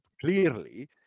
clearly